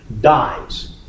dies